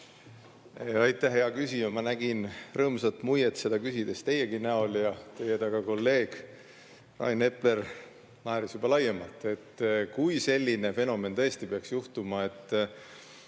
Aitäh, hea küsija! Ma nägin rõõmsat muiet seda küsides teiegi näol ja teie taga kolleeg Rain Epler naeris juba laiemalt. Kui selline fenomen tõesti peaks juhtuma, et